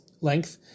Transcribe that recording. length